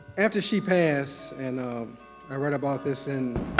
after she passed and um i read about this in